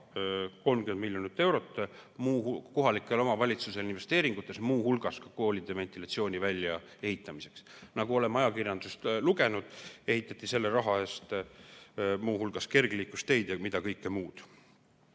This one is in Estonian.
30 miljonit eurot kohalikele omavalitsustele investeeringuteks, muu hulgas koolides ventilatsiooni väljaehitamiseks. Nagu oleme ajakirjandusest lugenud, ehitati selle raha eest muu hulgas kergliiklusteid ja mida kõike muud.